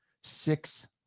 six